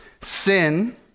sin